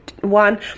one